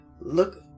look